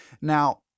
Now